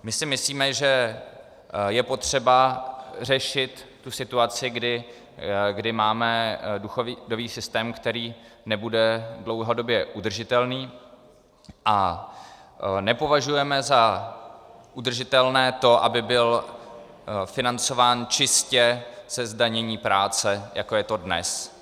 My si myslíme, že je potřeba řešit situaci, kdy máme důchodový systém, který nebude dlouhodobě udržitelný, a nepovažujeme za udržitelné to, aby byl financován čistě ze zdanění práce, jako je to dnes.